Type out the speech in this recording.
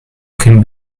can